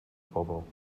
pobl